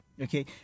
okay